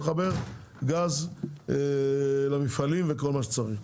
נחבר גז למפעלים וכל מה שצריך,